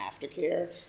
aftercare